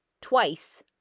twice